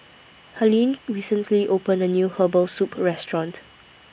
Harlene recently opened A New Herbal Soup Restaurant